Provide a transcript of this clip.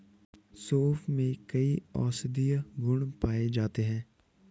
सोंफ में कई औषधीय गुण पाए जाते हैं